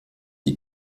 die